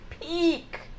peak